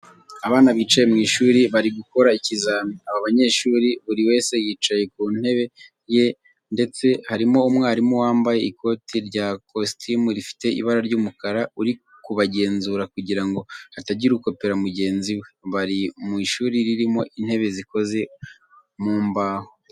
Abana bicaye mu ishuri bari gukora ikizami. Aba banyeshuri buri wese yicaye ku ntebe ye ndetse harimo umwarimu wambaye ikote rya kositimu rifite ibara ry'umukara uri kubagenzura kugira ngo hatagira ukopera mugenzi we. Bari mu ishuri ririmo intebe zikoze mu mbaho.